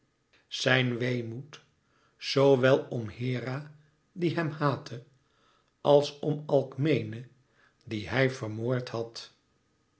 zijn weemoed zoo wel om hera die hem haatte als om alkmene die hij vermoord had